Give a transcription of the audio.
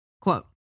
Quote